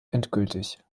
endgültig